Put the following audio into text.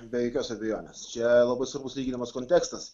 be jokios abejonės čia labai svarbus lyginamas kontekstas